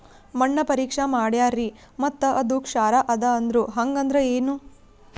ಮಣ್ಣ ಪರೀಕ್ಷಾ ಮಾಡ್ಯಾರ್ರಿ ಮತ್ತ ಅದು ಕ್ಷಾರ ಅದ ಅಂದ್ರು, ಹಂಗದ್ರ ಏನು?